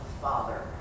father